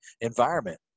environment